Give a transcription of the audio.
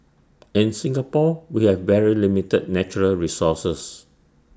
in Singapore we have very limited natural resources